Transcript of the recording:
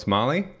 Molly